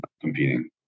competing